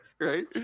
Right